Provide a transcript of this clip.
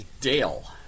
Dale